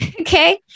Okay